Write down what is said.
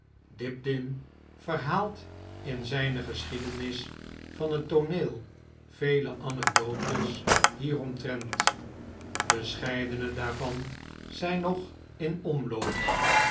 dibdin verhaalt in zijne geschiedenis van het tooneel vele anecdotes hieromtrent verscheidene daarvan zijn nog in omloopen